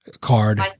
card